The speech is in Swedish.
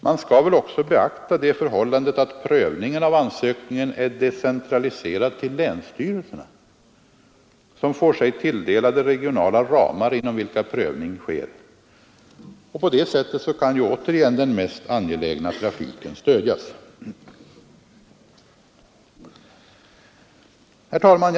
Man skall väl också beakta det förhållandet att prövningen av ansökningarna är decentraliserad till länsstyrelserna, som får sig tilldelade regionala ramar inom vilka prövning sker. På det sättet kan den mest angelägna trafiken stödjas. Herr talman!